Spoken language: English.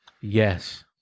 Yes